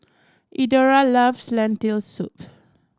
Eudora loves Lentil Soup